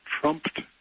trumped